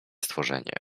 stworzenie